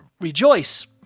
rejoice